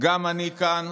גם אני כאן